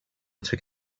took